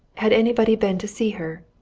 had anybody been to see her?